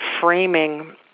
framing